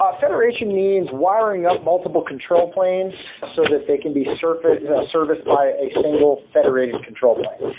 um federation means wiring up multiple control planes so that they can be serviced serviced by a single federated control plane.